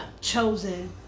chosen